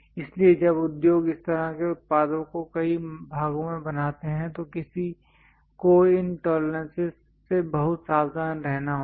इसलिए जब उद्योग इस तरह के उत्पादों को कई भागों में बनाते हैं तो किसी को इन टॉलरेंसेस से बहुत सावधान रहना होगा